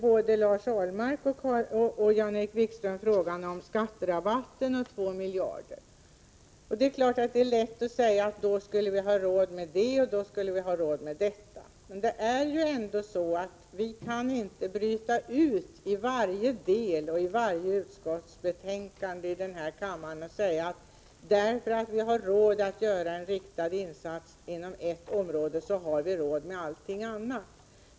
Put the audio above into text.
Både Lars Ahlmark och Jan-Erik Wikström tog upp frågan om skatterabatten på 2 miljarder. Det är klart att det är lätt att säga att har vi råd med skatterabatten, så har vi råd med det och det. Vi kan emellertid inte bryta ut varje del och varje utskottsbetänkande i denna kammare och säga: Eftersom vi har råd att göra en riktad insats inom ett område, så har vi råd till allting annat också.